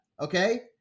okay